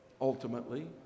ultimately